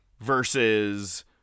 versus